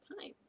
time